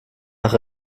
nach